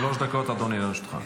שלוש דקות, אדוני, לרשותך.